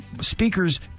speakers